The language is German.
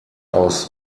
aus